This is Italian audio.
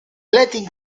latin